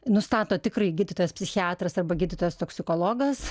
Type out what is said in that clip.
nustato tikrai gydytojas psichiatras arba gydytojas toksikologas